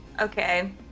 okay